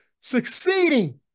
succeeding